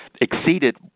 exceeded